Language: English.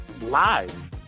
live